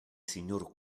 signor